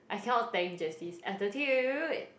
I cannot tank Jessie's attitude